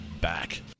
back